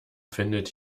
findet